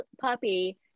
puppy